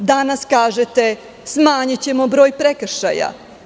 Danas kažete – smanjićemo broj prekršaja.